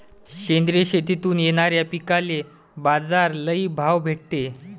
सेंद्रिय शेतीतून येनाऱ्या पिकांले बाजार लई भाव भेटते